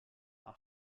are